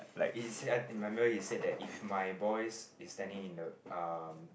he said ah in my memory he said that if my boys is standing in the um